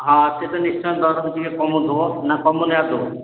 ହଁ ସେତ ନିଶ୍ଚୟ ଦରଜ ଟିକେ କମଉଥିବ ନା କମୁନି ଆଣ୍ଠୁ